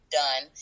done